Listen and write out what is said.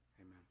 amen